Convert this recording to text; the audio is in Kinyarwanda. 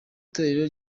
torero